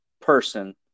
person